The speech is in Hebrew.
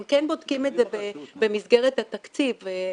הם כן בודקים את זה במסגרת התקציב שלהם,